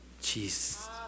Jesus